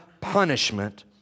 punishment